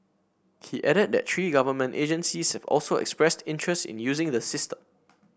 he added that three government agencies have also expressed interest in using the system